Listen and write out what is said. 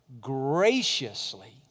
graciously